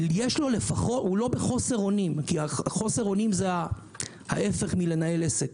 הוא לא בחוסר אונים כי חוסר האונים זה ההפך מניהול עסק.